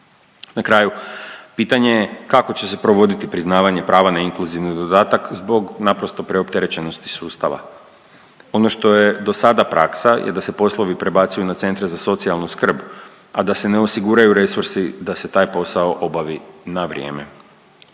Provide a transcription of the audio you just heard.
Na kraju, pitanje je kako će se provoditi prava na inkluzivni dodatak zbog naprosto preopterećenosti sustava? Ono što je do sada praksa je da se poslovi prebacuju na centre za socijalnu skrb, a da se ne osiguraju resursi da se taj posao obavi na vrijeme.